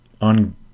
on